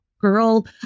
girl